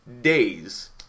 Days